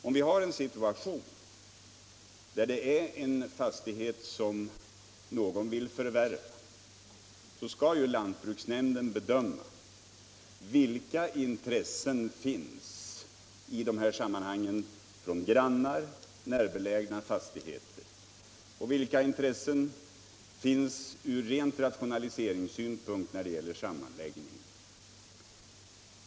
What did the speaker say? Om vi har en situation där någon vill förvärva en fastighet skall lantbruksnämnden bedöma följande: Vilka intressen finns i det här sammanhanget från grannar, från närbelägna fastigheter, och vilka intressen finns ur ren rationaliseringssynpunkt när det gäller sammanläggningar?